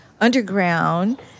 underground